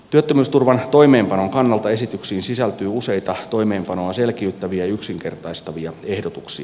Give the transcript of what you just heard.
työttömyysturvan toimeenpanon kannalta esityksiin sisältyy useita toimeenpanoa selkiyttäviä ja yksinkertaistavia ehdotuksia